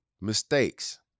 mistakes